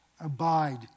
abide